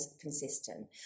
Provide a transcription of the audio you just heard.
consistent